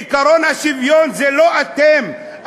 עקרון השוויון זה לא אתם,